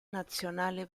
nazionale